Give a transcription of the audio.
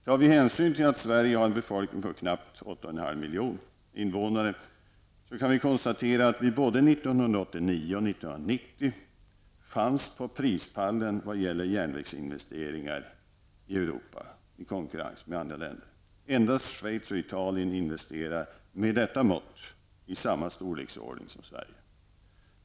Tar vi hänsyn till att Sverige har en befolkning på knappt 8,5 miljoner invånare kan vi konstatera att vi både 1989 och 1990 fanns på prispallen vad gällde järnvägsinvesteringar i Europa. Endast Schweiz och Italien investerar, med detta mått, i samma storleksordning som Sverige.